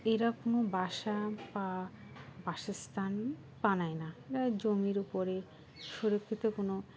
এরা কোনো বাসা বা বাসস্থান বানায় না এরা জমির উপরে সুরক্ষিত কোনো